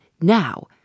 Now